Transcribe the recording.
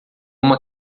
uma